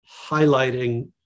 highlighting